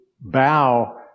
bow